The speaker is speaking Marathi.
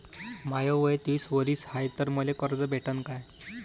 माय वय तीस वरीस हाय तर मले कर्ज भेटन का?